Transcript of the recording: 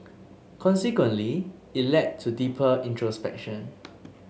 consequently it led to deeper introspection